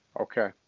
Okay